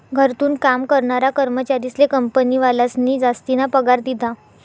घरथून काम करनारा कर्मचारीस्ले कंपनीवालास्नी जासतीना पगार दिधा